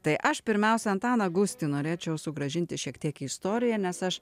tai aš pirmiausia antaną gustį norėčiau sugrąžinti šiek tiek į istoriją nes aš